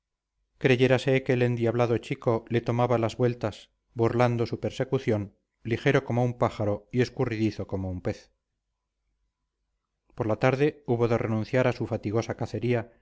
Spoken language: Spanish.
creyérase que el endiablado chico le tomaba las vueltas burlando su persecución ligero como un pájaro y escurridizo como un pez por la tarde hubo de renunciar a su fatigosa cacería